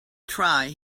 try